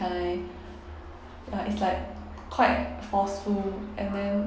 ya is like quite forceful and then